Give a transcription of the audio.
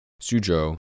Suzhou